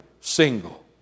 single